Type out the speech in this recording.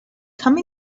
come